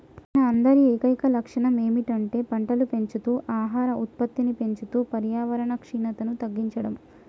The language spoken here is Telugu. మన అందరి ఏకైక లక్షణం ఏమిటంటే పంటలు పెంచుతూ ఆహార ఉత్పత్తిని పెంచుతూ పర్యావరణ క్షీణతను తగ్గించడం